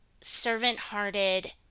servant-hearted